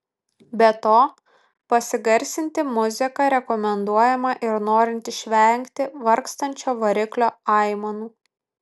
be to pasigarsinti muziką rekomenduojama ir norint išvengti vargstančio variklio aimanų